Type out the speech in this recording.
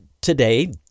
today